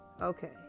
Okay